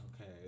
Okay